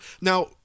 Now